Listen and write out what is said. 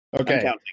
Okay